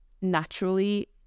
naturally